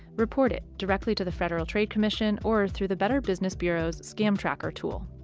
report it directly to the federal trade commission or through the better business bureau's scam tracker tool.